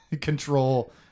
control